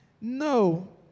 No